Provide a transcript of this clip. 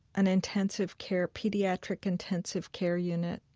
an intensive care pediatric intensive care unit.